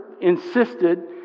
insisted